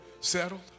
settled